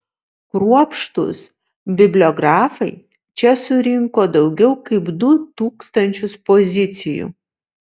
kruopštūs bibliografai čia surinko daugiau kaip du tūkstančius pozicijų